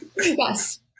Yes